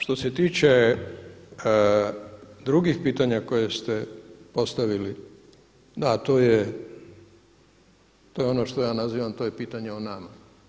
Što se tiče drugih pitanja koje ste postavili, da to je ono što ja nazivam, to je pitanje o nama.